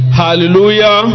hallelujah